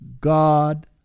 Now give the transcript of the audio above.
God